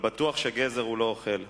אבל בטוח שגזר הוא לא אוכל.